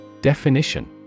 Definition